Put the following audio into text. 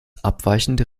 abweichende